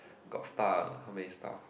got stuff how many stuff